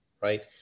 Right